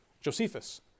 Josephus